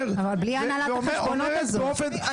נכון, אבל בלי הנהלת החשבונות הזו.